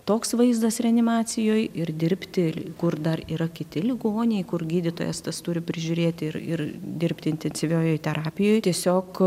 toks vaizdas reanimacijoj ir dirbti kur dar yra kiti ligoniai kur gydytojas tas turi prižiūrėt ir ir dirbti intensyviojoje terapijoj tiesiog